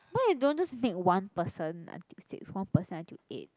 why you don't just meet one person until six one person until eight